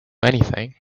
anything